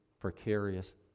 precarious